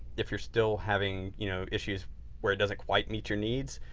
if you're still having you know issues where it doesn't quite meet your needs,